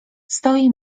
stoi